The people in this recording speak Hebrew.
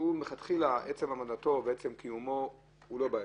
שעצם העמדתו ועצם קיומו הוא לא בעייתי,